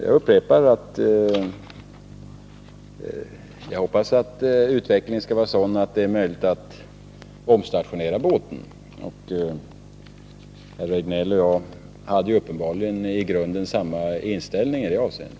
Jag upprepar att jag hoppas att utvecklingen skall bli sådan att det blir möjligt att omstationera båten. Herr Rejdnell och jag har uppenbarligen i grunden samma inställning i det avseendet.